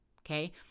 Okay